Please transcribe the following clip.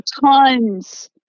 tons